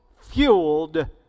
fueled